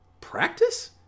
practice